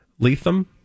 Lethem